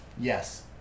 Yes